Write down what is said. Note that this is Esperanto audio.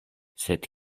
sed